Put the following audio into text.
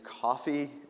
coffee